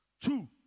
Two